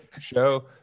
show